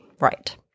Right